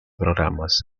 programas